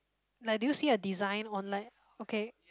like do you see the design on like okay